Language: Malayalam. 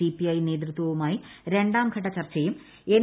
സിപ്പിക്ക് നേതൃത്വവുമായി രണ്ടാംഘട്ട ചർച്ചയും എൻ